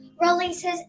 releases